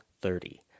thirty